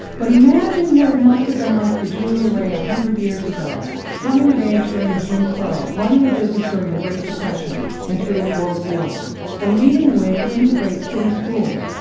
but imagine what it must have been like for julia ray a hundred years ago coming of age during jim crow running a business during the great depression and through world wars or leading the way to integrate city schools.